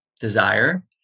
desire